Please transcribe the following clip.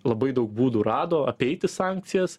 labai daug būdų rado apeiti sankcijas